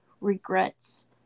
regrets